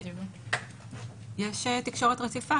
יש תקשורת רציפה,